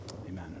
Amen